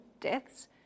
deaths